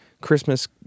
Christmas